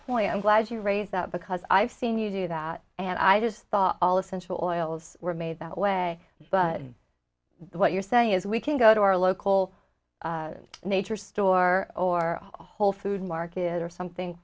point i'm glad you raised that because i've seen you do that and i just thought all essential oils were made that way but what you're saying is we can go to our local nature store or a whole foods market or something